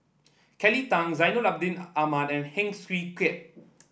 Kelly Tang Zainal Abidin Ahmad and Heng Swee Keat